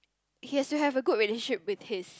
he has to have a good relationship with his